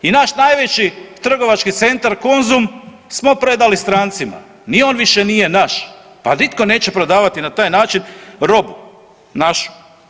I naš najveći trgovački centar Konzum smo predali strancima, ni on nije više naš, pa nitko neće prodavati na taj način robu našu.